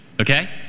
Okay